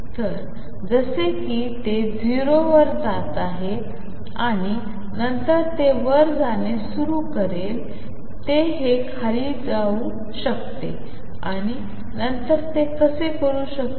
तर जसे की ते 0 वर जात आहे आणि नंतर ते वर जाणे सुरू करेल ते हे खाली येऊ शकते आणि नंतर हे करू शकते